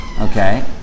Okay